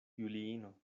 juliino